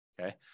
Okay